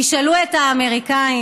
תשאלו את האמריקנים,